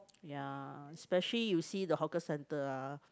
ya especially you see the hawker centre ah